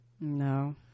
no